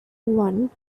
one